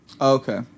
Okay